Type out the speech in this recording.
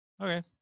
okay